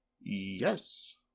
Yes